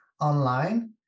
online